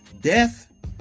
death